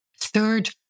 Third